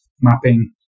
mapping